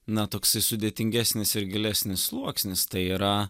na toksai sudėtingesnis ir gilesnis sluoksnis tai yra